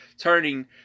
turning